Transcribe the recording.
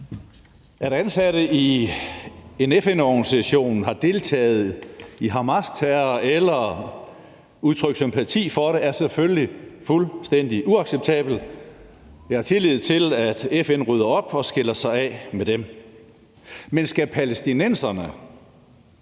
At ansatte i en FN-organisation har deltaget i Hamasterror eller udtrykt sympati for det, er selvfølgelig fuldstændig uacceptabelt. Jeg har tillid til, at FN rydder op og skiller sig af med dem. Men skal palæstinenserne